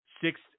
six